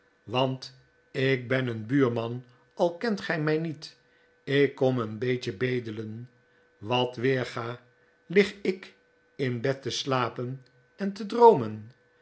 want ik ben een buurman al kent gij mij niet ik kbm een be'etje bedelen wat weerga lig ik in bed te slapen en te droomen